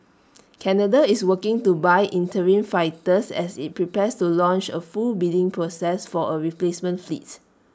Canada is working to buy interim fighters as IT prepares to launch A full bidding process for A replacement fleet